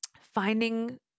finding